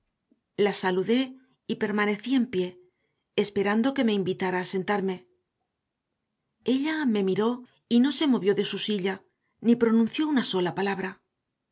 la saludé y permanecí en pie esperando que me invitara a sentarme ella me miró y no se movió de su silla ni pronunció una sola palabra